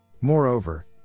Moreover